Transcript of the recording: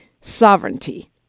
sovereignty